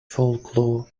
folklore